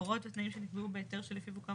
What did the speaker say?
הוראות ותנאים שנקבעו בהיתר שלפיו הוקם